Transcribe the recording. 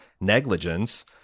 negligence